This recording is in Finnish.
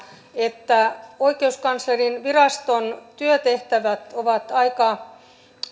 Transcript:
että oikeuskanslerinviraston työtehtävät ovat aika